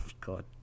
God